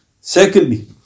Secondly